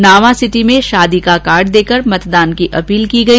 नावांसिटी में भी शादी कार्ड देकर मतदान की अपील की गई